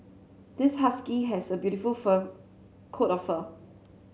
this husky has a beautiful fur coat of fur